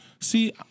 See